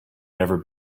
never